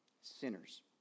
sinners